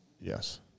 Yes